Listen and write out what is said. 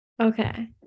Okay